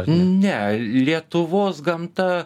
ne lietuvos gamta